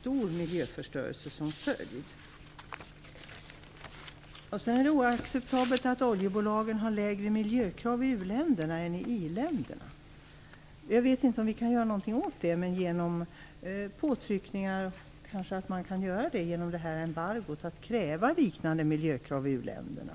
stor miljöförstöring som följd. Det är oacceptabelt att oljebolagen har lägre miljökrav i uländerna än i i-länderna. Jag vet inte om vi kan göra någonting åt det, men genom påtryckningar kanske man ändå kan göra det och via embargot kräva liknande miljökrav i u-länderna.